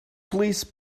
please